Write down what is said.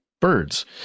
birds